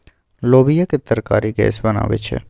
लोबियाक तरकारी गैस बनाबै छै